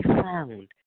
found